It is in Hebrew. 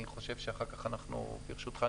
ברשותך,